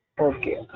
Okay